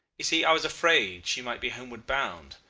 you see i was afraid she might be homeward bound,